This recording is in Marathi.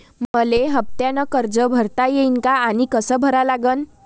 मले हफ्त्यानं कर्ज भरता येईन का आनी कस भरा लागन?